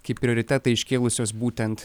kaip prioritetą iškėlusios būtent